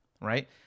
right